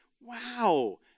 Wow